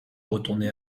retourner